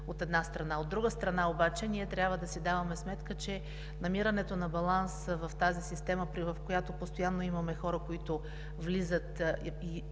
от една страна. От друга страна обаче, ние трябва да си даваме сметка, че намирането на баланс в тази система, в която постоянно имаме хора, които влизат